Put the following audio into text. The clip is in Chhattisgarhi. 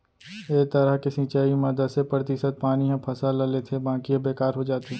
ए तरह के सिंचई म दसे परतिसत पानी ह फसल ल लेथे बाकी ह बेकार हो जाथे